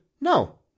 No